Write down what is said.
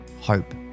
hope